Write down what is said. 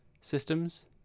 systems